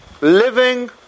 Living